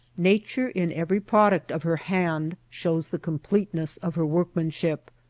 nature in every product of her hand shows the completeness of her workman ship.